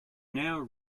now